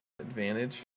advantage